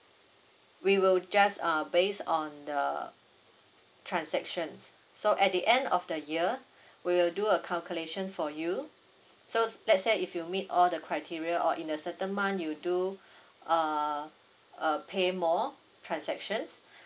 we will just uh base on the transactions so at the end of the year we will do a calculation for you so let's say if you meet all the criteria or in a certain month you do uh uh pay more transactions